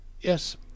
Yes